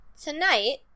tonight